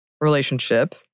relationship